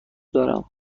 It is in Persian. دارم